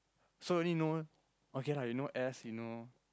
so only know okay lah you know Ash you know